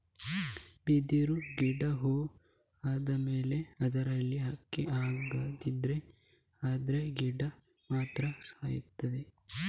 ಬಿದಿರು ಗಿಡ ಹೂ ಆದ್ಮೇಲೆ ಅದ್ರಲ್ಲಿ ಅಕ್ಕಿ ಆಗ್ತದೆ ಆದ್ರೆ ಗಿಡ ಮಾತ್ರ ಸಾಯ್ತದೆ